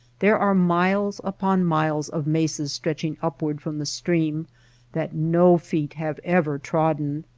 there are miles upon miles of mesas stretching upward from the stream that no feet have ever trodden,